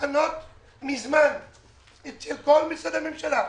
מוכנות מזמן אצל כל משרדי הממשלה.